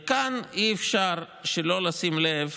וכאן אי-אפשר שלא לשים לב